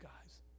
guys